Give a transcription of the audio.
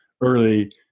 early